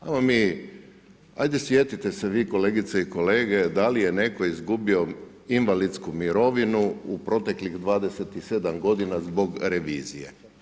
Ajmo mi, ajde sjetite se vi kolegice i kolege, da li je netko izgubio invalidsku mirovinu, u proteklih 27 g. zbog revizije?